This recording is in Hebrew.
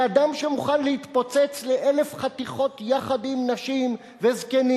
שאדם שמוכן להתפוצץ לאלף חתיכות יחד עם נשים וזקנים,